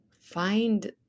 find